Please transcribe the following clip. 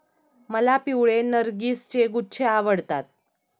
मला पिवळे नर्गिसचे गुच्छे आवडतात